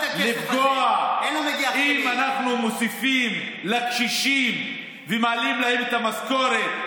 לפגוע אם אנחנו מוסיפים לקשישים ומעלים להם את המשכורת,